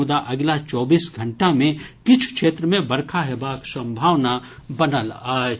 मुदा अगिला चौबीस घंटा मे किछु क्षेत्र मे बरखा हेबाक संभावना बनल अछि